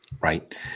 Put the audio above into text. Right